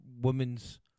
women's